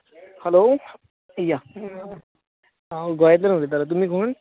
hello या हांव गोंयांतल्यान उलयतालो तुमी खंय